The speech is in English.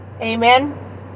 Amen